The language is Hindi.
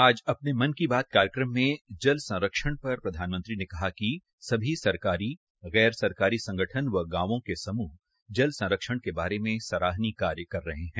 आज के अपने मन की बात कार्यक्रम में जल संरक्षण पर प्रधानमंत्री ने कहा कि सभी सरकारी गैर सरकारी संगठन व गांवों के समूह जल संरक्षण के बारे में सराहनीय कार्य कर रहे हैं